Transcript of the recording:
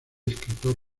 escritor